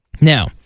Now